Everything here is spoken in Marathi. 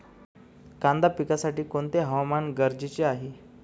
कांदा पिकासाठी कोणते हवामान गरजेचे आहे?